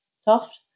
soft